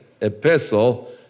epistle